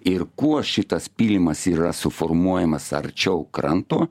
ir kuo šitas pylimas yra suformuojamas arčiau kranto